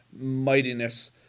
mightiness